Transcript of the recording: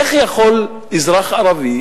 איך יכול אזרח ערבי,